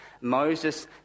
Moses